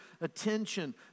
attention